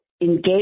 engage